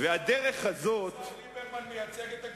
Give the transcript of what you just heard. האם השר ליברמן מייצג את הגישה שלכם או לא?